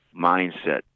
mindset